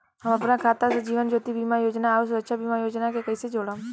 हम अपना खाता से जीवन ज्योति बीमा योजना आउर सुरक्षा बीमा योजना के कैसे जोड़म?